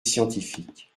scientifique